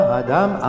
adam